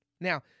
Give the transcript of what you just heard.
Now